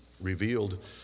revealed